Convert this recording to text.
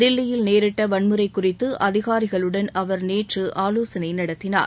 தில்லியில் நேரிட்ட வன்முறை குறித்து அதிகாரிகளுடன் அவர் நேற்று ஆலோசனை நடத்தினார்